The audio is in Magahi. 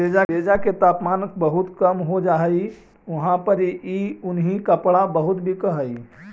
जेजा के तापमान बहुत कम हो जा हई उहाँ पड़ी ई उन्हीं कपड़ा बहुत बिक हई